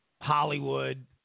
Hollywood